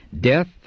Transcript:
Death